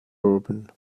urban